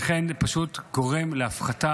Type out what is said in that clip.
לכן זה פשוט גורם להפחתה,